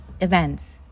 events